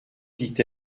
dit